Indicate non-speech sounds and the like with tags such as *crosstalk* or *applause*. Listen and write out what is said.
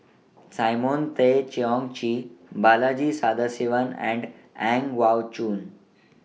Simon Tay Seong Chee Balaji Sadasivan and Ang *unintelligible* Choon